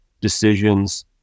decisions